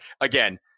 again